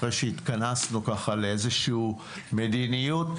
אחרי שהתכנסנו ככה לאיזושהי מדיניות,